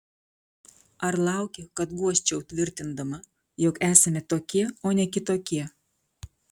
ar lauki kad guosčiau tvirtindama jog esame tokie o ne kitokie